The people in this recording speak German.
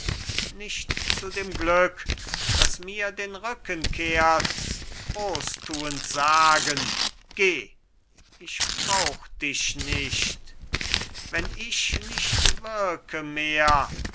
nicht zu dem glück das mir den rücken kehrt großtuend sagen geh ich brauch dich nicht wenn ich nicht wirke mehr